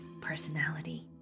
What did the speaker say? personality